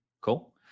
cool